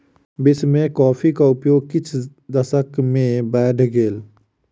विश्व में कॉफ़ीक उपयोग किछ दशक में बैढ़ गेल